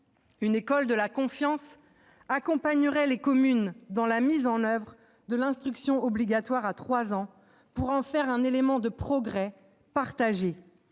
Une école de la confiance accompagnerait les communes dans la mise en oeuvre de l'instruction obligatoire dès 3 ans, pour en faire un élément de progrès partagé.